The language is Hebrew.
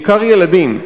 בעיקר ילדים,